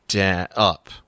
up